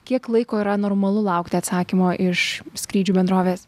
kiek laiko yra normalu laukti atsakymo iš skrydžių bendrovės